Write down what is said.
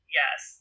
yes